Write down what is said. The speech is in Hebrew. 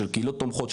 של קהילות תומכות,